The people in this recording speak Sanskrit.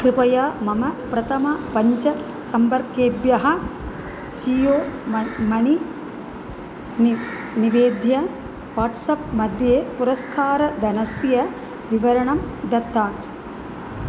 कृपया मम प्रथमपञ्चसम्पर्केभ्यः जीयो मन् मणी नि निवेद्य वाट्सप् मध्ये पुरस्कारस्य विवरणं दत्तात्